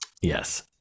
Yes